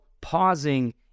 pausing